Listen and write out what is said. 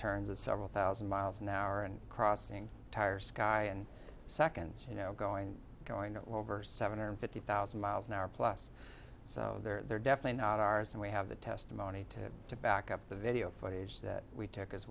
turns a several thousand miles an hour and crossing tire sky and seconds you know going going to over seven hundred fifty thousand miles an hour plus so they're definitely not ours and we have the testimony to to back up the video footage that we took as